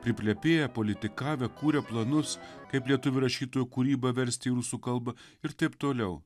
priplepėję politikavę kūrė planus kaip lietuvių rašytojų kūrybą versti į rusų kalbą ir taip toliau